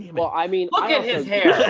well, i mean look at his hair!